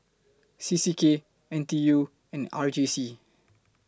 C C K N T U and R J C